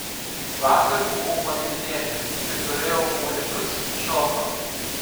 vakar buvau pajodinėti ir turėjau aulinius šalmą